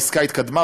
העסקה התקדמה,